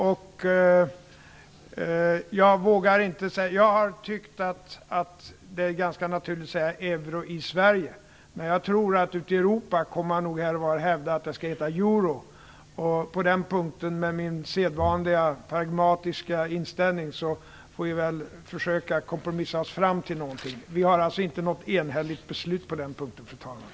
Jag har tyckt att det har varit ganska naturligt att det skall uttalas på svenska i Sverige, men jag tror att man här och var ute i Europa kommer att hävda att det skall uttalas på engelska. På den punkten menar jag med min sedvanliga pragmatiska inställning att vi får försöka kompromissa oss fram till någonting. Det finns inget enhälligt beslut på den punkten, fru talman.